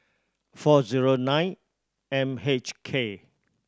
four zero nine M H K